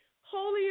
holy